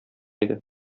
иде